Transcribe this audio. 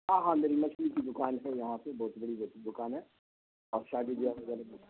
ہاں ہاں میری مچھلی کی دوکان ہے یہاں پہ بہت بڑی دوکان ہے اور شادی بیاہ وغیرہ میں